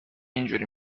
اینجوری